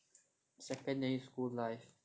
secondary school life